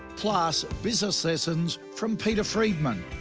plus, business lessons from peter freedman,